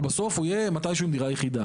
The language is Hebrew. אבל בסוף הוא יהיה מתישהו עם דירה יחידה.